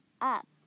up